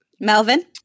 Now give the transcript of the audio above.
Melvin